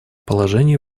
положение